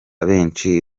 benshi